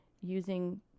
using